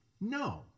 no